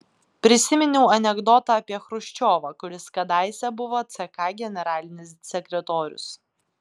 prisiminiau anekdotą apie chruščiovą kuris kadaise buvo ck generalinis sekretorius